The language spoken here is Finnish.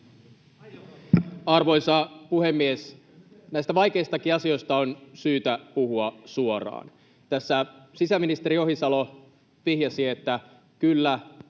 Arvoisa puhemies! Näistä vaikeistakin asioista on syytä puhua suoraan. Tässä sisäministeri Ohisalo vihjasi, että kyllä